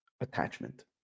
attachment